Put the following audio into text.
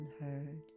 unheard